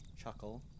chuckle